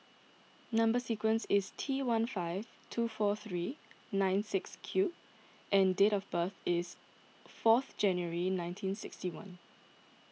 Number Sequence is T one five two four three nine six Q and date of birth is fourth January nineteen sixty one